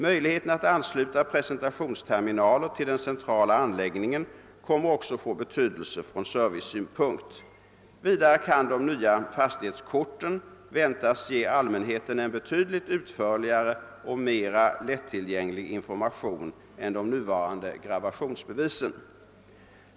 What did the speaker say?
Möjligheten att ansluta presentationsterminaler till den centrala anläggningen kommer också att få betydelse från servicesynpunkt. Vidare kan de nya fastighetskorten väntas ge allmänheten en betydligt utförligare och mera lättillgänglig information än de nuvarande gravationsbevisen.